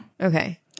okay